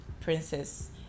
Princess